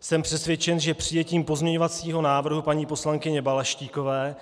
Jsem přesvědčen, že přijetím pozměňovacího návrhu paní poslankyně Balaštíkové,